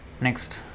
next